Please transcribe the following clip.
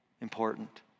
important